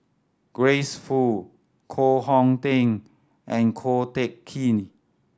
Grace Fu Koh Hong Teng and Ko Teck Kin